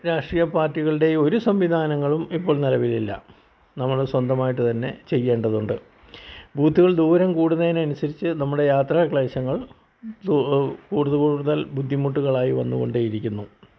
രാഷ്ട്രീയ പാർട്ടികളുടെയും ഒരു സംവിധാനങ്ങളും ഇപ്പോൾ നിലവിലില്ല നമ്മൾ സ്വന്തമായിട്ട് തന്നെ ചെയ്യേണ്ടതുണ്ട് ബൂത്തുകൾ ദൂരം കൂടുന്നതിനനുസരിച്ച് നമ്മുടെ യാത്രാ ക്ളേശങ്ങൾ കൂടുതൽ കൂടുതൽ ബുദ്ധിമുട്ടുകളായി വന്ന് കൊണ്ടേ ഇരിക്കുന്നു